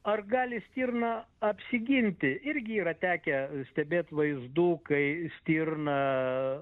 ar gali stirna apsiginti irgi yra tekę stebėt vaizdų kai stirna